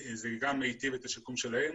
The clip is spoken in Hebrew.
זה יטיב את השיקום שלהם.